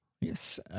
Yes